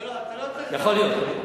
העיקר לא הליכוד של היום.